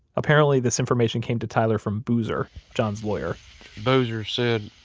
apparently this information came to tyler from boozer, john's lawyer boozer said,